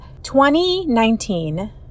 2019